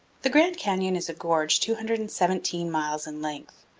the grand canyon is a gorge two hundred and seventeen miles in length,